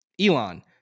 elon